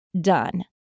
done